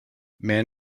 man